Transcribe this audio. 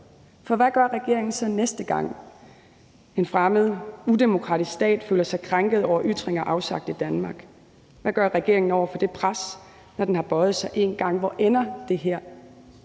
For hvad gør regeringen så, næste gang en fremmed udemokratisk stat føler sig krænket over ytringer afsagt i Danmark? Hvad gør regeringen over for det pres, når den har bøjet sig en gang? Hvor ender det her?